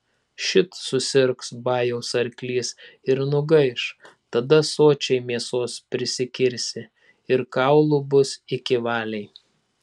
šit susirgs bajaus arklys ir nugaiš tada sočiai mėsos prisikirsi ir kaulų bus iki valiai